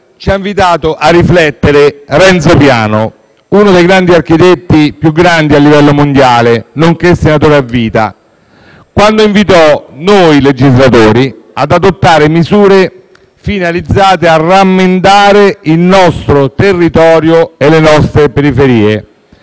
ci ha invitato a riflettere Renzo Piano, uno dei più grandi architetti a livello mondiale, nonché senatore a vita, quando invitò noi legislatori ad adottare misure finalizzate a "rammendare" il nostro territorio e le nostre periferie,